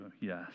Yes